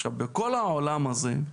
עכשיו, בכל העולם הזה,